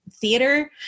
theater